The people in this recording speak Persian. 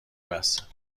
بسه